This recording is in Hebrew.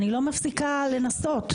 אני לא מפסיקה לנסות,